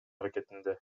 аракетинде